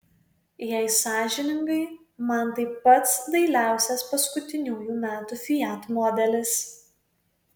jei sąžiningai man tai pats dailiausias paskutiniųjų metų fiat modelis